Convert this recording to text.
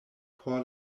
por